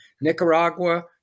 Nicaragua